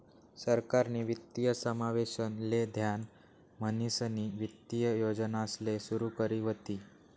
सरकारनी वित्तीय समावेशन ले ध्यान म्हणीसनी वित्तीय योजनासले सुरू करी व्हती